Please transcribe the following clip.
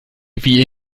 wie